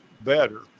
better